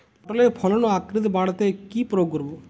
পটলের ফলন ও আকৃতি বাড়াতে কি প্রয়োগ করব?